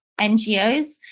NGOs